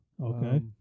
Okay